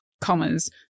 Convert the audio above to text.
commas